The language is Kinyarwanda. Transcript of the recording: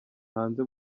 hanze